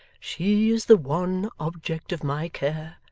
she is the one object of my care,